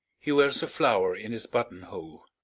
he wears a flower in his buttonhole.